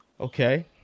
Okay